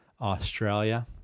Australia